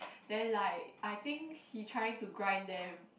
then like I think he trying to grind them